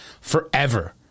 forever